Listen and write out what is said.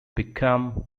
become